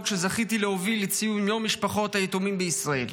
שזכיתי להוביל לציון יום משפחות היתומים בישראל.